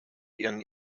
ihren